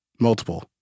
multiple